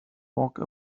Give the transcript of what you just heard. walk